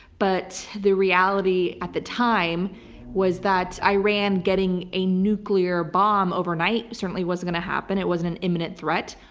but the reality at the time was that iran getting a nuclear bomb overnight certainly wasn't gonna happen. it wasn't an imminent threat,